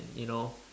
you know